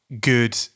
good